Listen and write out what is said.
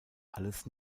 alles